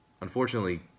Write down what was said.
unfortunately